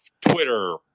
Twitter